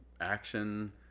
action